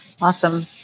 awesome